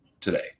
today